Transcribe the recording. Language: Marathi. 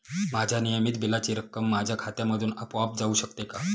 माझ्या नियमित बिलाची रक्कम माझ्या खात्यामधून आपोआप जाऊ शकते का?